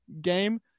game